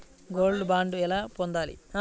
Gold bond ఎలా పొందాలి?